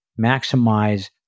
maximize